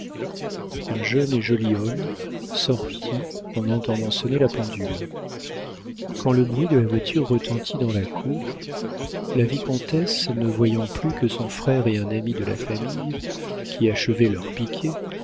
un jeune et joli homme sortit en entendant sonner la pendule quand le bruit de la voiture retentit dans la cour la vicomtesse ne voyant plus que son frère et un ami de la famille qui achevaient leur piquet